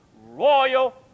royal